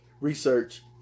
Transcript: research